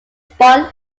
spawn